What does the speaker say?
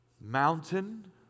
Mountain